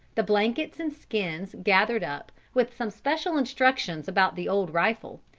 the blankets and skins gathered up, with some special instructions about the old rifle,